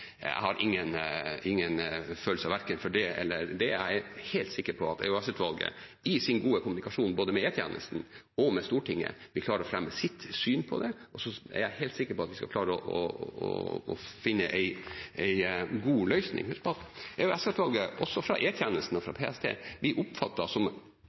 verken det eller det – jeg er helt sikker på at EOS-utvalget i sin gode kommunikasjon både med E-tjenesten og med Stortinget vil klare å fremme sitt syn på det, og så er jeg helt sikker på at vi skal klare å finne en god løsning. Husk at EOS-utvalget, også fra E-tjenesten og fra PST, blir oppfattet som